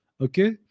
Okay